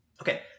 Okay